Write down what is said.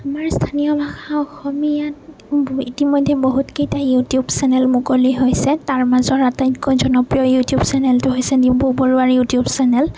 আমাৰ স্থানীয় ভাষা অসমীয়াত ইতিমধ্যে বহুত কেইটা ইউটিউব চেনেল মুকলি হৈছে তাৰ মাজৰ আটাইতকৈ জনপ্ৰিয় ইউটিউব চেনেলটো হৈছে দিম্পু বৰুৱাৰ ইউটিউব চেনেল